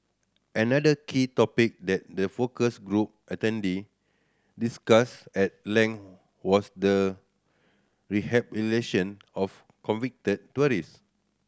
another key topic that the focus group attendee discussed at length was the rehabilitation of convicted tourists